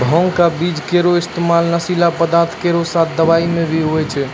भांग क बीज केरो इस्तेमाल नशीला पदार्थ केरो साथ दवाई म भी होय छै